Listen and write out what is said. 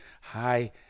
hi –